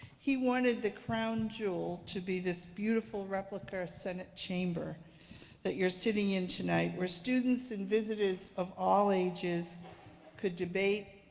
he wanted the crown jewel to be this beautiful replica senate chamber that you're sitting in tonight, where students and visitors of all ages could debate,